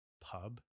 pub